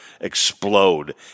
explode